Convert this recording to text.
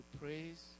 praise